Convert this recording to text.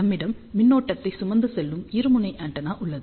நம்மிடம் மின்னோட்டத்தை சுமந்து செல்லும் இருமுனை ஆண்டெனா உள்ளது